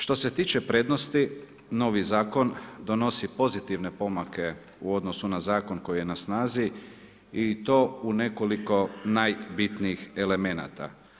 Što se tiče prednosti, novi zakon, donosi pozitivne pomake u odnosu na zakon koji je na snazi i to u nekoliko najbitnijih elemenata.